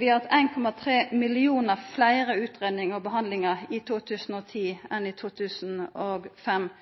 Vi har hatt 1,3 millionar fleire utgreiingar og behandlingar i 2010